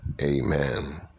Amen